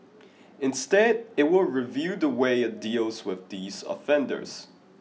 instead it will review the way it deals with these offenders